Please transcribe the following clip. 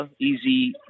easy